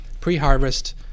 Pre-harvest